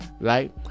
right